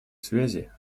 связи